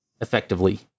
effectively